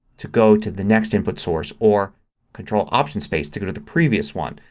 to go to the next input source or control option space to go to the previous one.